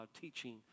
teaching